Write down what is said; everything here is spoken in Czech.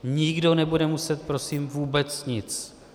Nikdo nebude muset prosím vůbec nic.